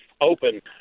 open